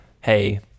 hey